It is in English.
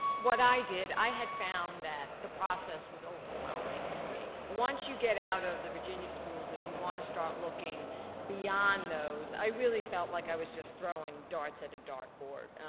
what i did i had found that the process was overwhelming to me. once you get out of the virginia schools if you want to start looking beyond those i really felt like i was just throwing darts at a dartboard.